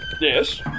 Yes